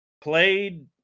played